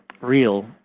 real